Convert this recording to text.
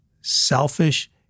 Selfish